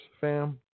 fam